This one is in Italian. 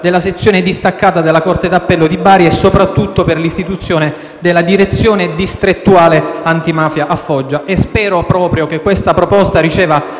della sezione distaccata della Corte d'appello di Bari e soprattutto per l'istituzione della Direzione distrettuale antimafia a Foggia e spero proprio che questa proposta riceva